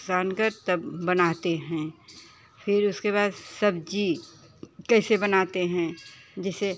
सानकर तब बनाते हैं फिर उसके बाद सब्जी कैसे बनाते हैं जैसे